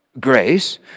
grace